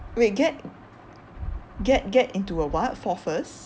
wait get get get into a what four first